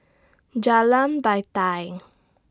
Jalan Batai